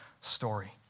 story